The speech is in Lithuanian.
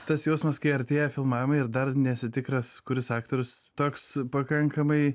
tas jausmas kai artėja filmavimai ir dar nesi tikras kuris aktorius toks pakankamai